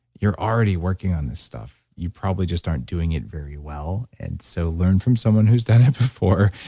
you're already working on this stuff you probably just aren't doing it very well. and so, learn from someone who's done it before.